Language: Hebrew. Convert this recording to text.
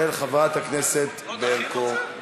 של חברת הכנסת ברקו.